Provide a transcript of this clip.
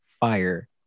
fire